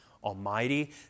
Almighty